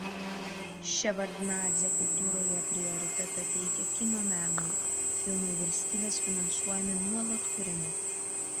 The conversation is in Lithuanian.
ševardnadzė kultūroje prioritetą teikia kino menui filmai valstybės finansuojami nuolat kuriami